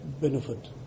benefit